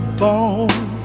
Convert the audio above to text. bone